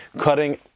cutting